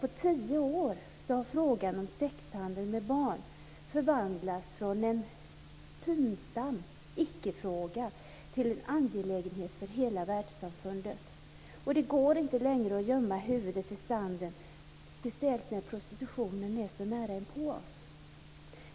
På tio år har frågan om sexhandel med barn förvandlats från en pinsam icke-fråga till en angelägenhet för hela världssamfundet. Det går inte längre att gömma huvudet i sanden, speciellt inte som prostitutionen sker så nära inpå oss.